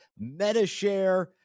Metashare